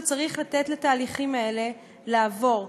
וצריך לתת לתהליכים האלה לעבור,